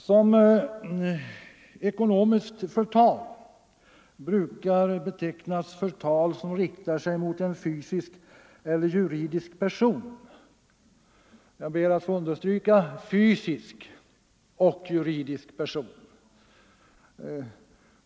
Som ekonomiskt förtal brukar betecknas förtal som riktar sig mot en fysisk eller juridisk person — jag ber att få understryka orden fysisk och juridisk person.